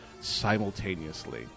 simultaneously